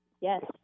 Yes